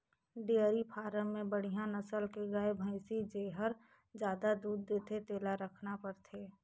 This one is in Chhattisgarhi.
डेयरी फारम में बड़िहा नसल के गाय, भइसी जेहर जादा दूद देथे तेला रखना परथे